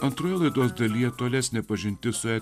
antroje laidos dalyje tolesnė pažintis su ja